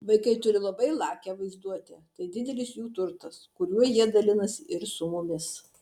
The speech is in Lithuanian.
vaikai turi labai lakią vaizduotę tai didelis jų turtas kuriuo jie dalinasi ir su mumis